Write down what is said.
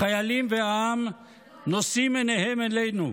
החיילים והעם נושאים עיניהם אלינו.